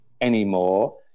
anymore